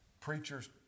preachers